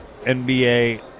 NBA